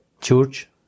church